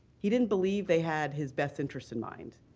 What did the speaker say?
he didn't believe they had his best interests in mind,